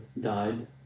died